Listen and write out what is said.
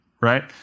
right